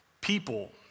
People